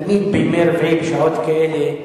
תמיד בימי רביעי בשעות כאלה,